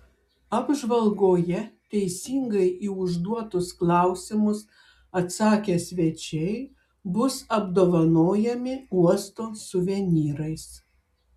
apžvalgoje teisingai į užduotus klausimus atsakę svečiai bus apdovanojami uosto suvenyrais